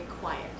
quiet